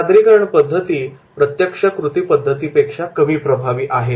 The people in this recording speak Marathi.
सादरीकरण पद्धती प्रत्यक्ष कृती पद्धतीपेक्षा कमी प्रभावी आहेत